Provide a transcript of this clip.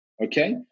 Okay